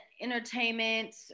entertainment